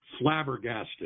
flabbergasted